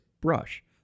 brush